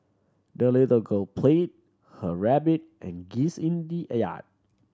the little girl play her rabbit and geese in the a yard